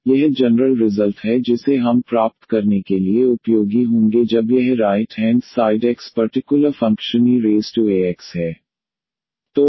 तो यह general result है जिसे हम प्राप्त करने के लिए उपयोगी होंगे जब यह right hand side x particular function eax है